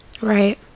Right